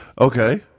Okay